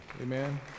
Amen